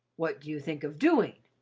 what do you think of doing?